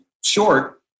short